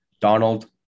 Donald